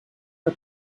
for